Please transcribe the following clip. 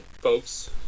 folks